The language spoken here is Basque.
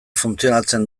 funtzionatzen